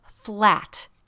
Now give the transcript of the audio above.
flat